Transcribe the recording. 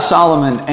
Solomon